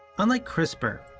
unlike crispr,